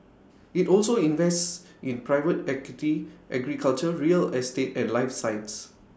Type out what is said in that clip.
IT also invests in private equity agriculture real estate and life science